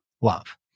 love